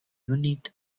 unit